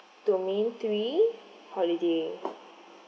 domain three holiday